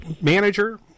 manager